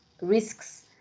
risks